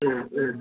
ആ ആ